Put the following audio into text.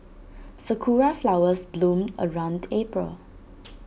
Sakura Flowers bloom around April